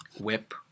whip